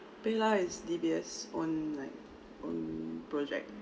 paylah is D_B_S online on project